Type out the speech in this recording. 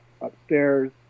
upstairs